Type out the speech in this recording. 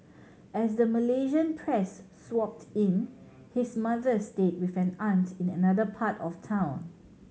as the Malaysian press swooped in his mother stayed with an aunt in another part of town